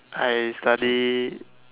I study